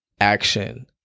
action